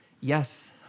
Yes